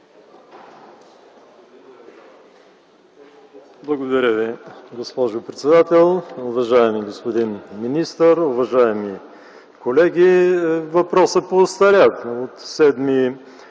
Благодаря Ви, госпожо председател. Уважаеми господин министър, уважаеми колеги! Въпросът поостаря – от 7 юли